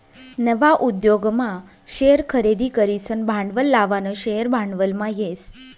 नवा उद्योगमा शेअर खरेदी करीसन भांडवल लावानं शेअर भांडवलमा येस